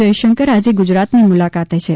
જયશંકર આજે ગુજરાતની મુલાકાતે છે